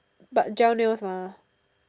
but gel nails mah